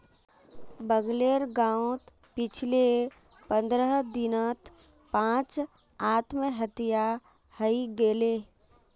बगलेर गांउत पिछले पंद्रह दिनत पांच आत्महत्या हइ गेले